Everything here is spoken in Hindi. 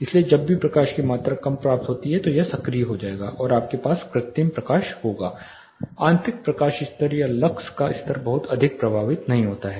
इसलिए जब भी प्रकाश की कम मात्रा प्राप्त होती है तो यह सक्रिय हो जाएगा और आपके पास कृत्रिम प्रकाश होगा आंतरिक प्रकाश स्तर या लक्स का स्तर बहुत अधिक प्रभावित नहीं होता है